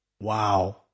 Wow